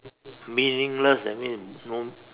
meaningless that means no